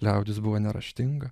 liaudis buvo neraštinga